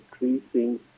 increasing